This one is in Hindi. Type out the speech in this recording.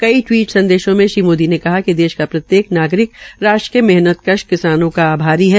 कई ट्वीट संदेशों में श्री मोदी ने कहा कि देश का प्रत्येक नागरिक राष्ट्र के मेहनतकश किसानों का आभारी है